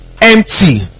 empty